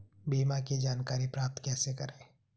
बीमा की जानकारी प्राप्त कैसे करें?